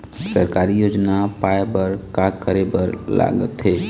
सरकारी योजना पाए बर का करे बर लागथे?